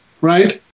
Right